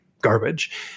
garbage